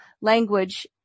language